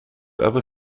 other